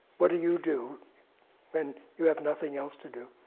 what do you do when you have nothing else to do?